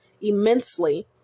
immensely